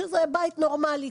שזה בית נורמלי,